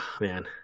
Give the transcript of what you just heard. man